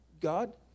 God